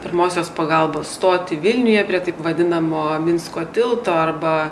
pirmosios pagalbos stotį vilniuje prie taip vadinamo minsko tilto arba